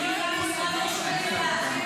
יש משרד ראש הממשלה,